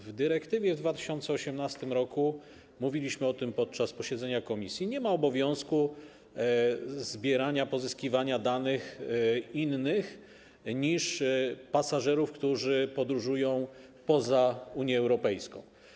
W dyrektywie w 2018 r. - mówiliśmy o tym podczas posiedzenia komisji - nie było obowiązku zbierania, pozyskiwania danych innych niż dane dotyczące pasażerów, którzy podróżują poza Unię Europejską.